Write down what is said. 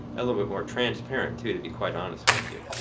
a little bit more transparent, too, to be quite honest with you,